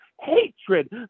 hatred